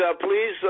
please